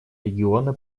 региона